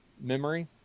memory